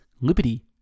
liberty